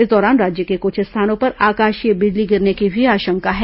इस दौरान राज्य के कुछ स्थानों पर आकाशीय बिजली गिरने की भी आशंका है